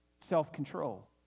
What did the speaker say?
Self-control